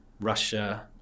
Russia